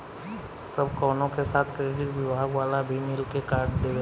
सब कवनो के साथ क्रेडिट विभाग वाला भी मिल के कार्ड देवेला